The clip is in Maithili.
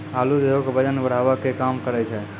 आलू देहो के बजन बढ़ावै के काम करै छै